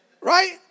Right